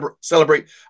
celebrate